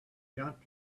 jump